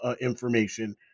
information